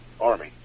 Army